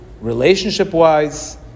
relationship-wise